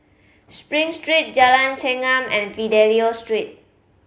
Spring Street Jalan Chengam and Fidelio Street